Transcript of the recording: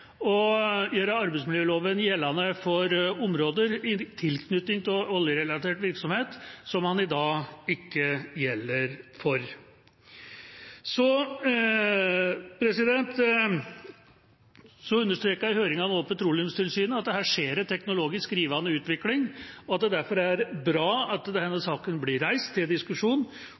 å gjøre arbeidsmiljøloven gjeldende for områder i tilknytning til oljerelatert virksomhet som den i dag ikke gjelder for. Så understreker også Petroleumstilsynet i høringen at det her skjer en rivende teknologisk utvikling, og at det derfor er bra at denne saken blir reist til diskusjon